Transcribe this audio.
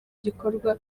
gikorwa